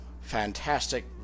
Fantastic